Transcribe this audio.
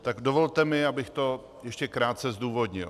Tak mi dovolte, abych to ještě krátce zdůvodnil.